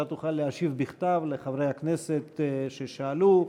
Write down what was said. אתה תוכל להשיב בכתב לחברי הכנסת ששאלו,